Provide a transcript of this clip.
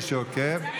מי שעוקב.